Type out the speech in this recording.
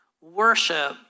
worship